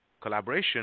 collaboration